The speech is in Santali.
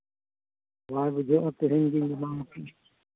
ᱛᱳᱣᱟ ᱵᱩᱡᱷᱟᱹᱜᱼᱟ ᱛᱮᱦᱮᱧ ᱜᱮᱧ ᱵᱮᱱᱟᱣ ᱵᱮᱱᱟᱣ ᱟᱠᱟᱫᱟ